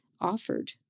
offered